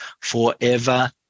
forever